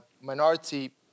minority